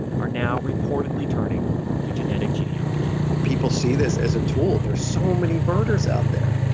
are now reportedly turning to genetic genealogy people see this as a tool. there are so many murders out there!